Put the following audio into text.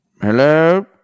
Hello